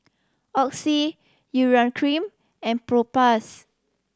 Oxy Urea Cream and Propass